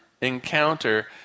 encounter